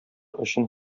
өчен